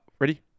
ready